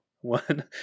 one